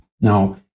Now